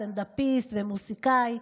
סטנדאפיסט ומוזיקאי,